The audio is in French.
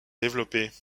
développés